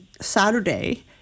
Saturday